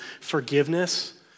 forgiveness